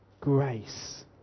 grace